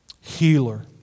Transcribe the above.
healer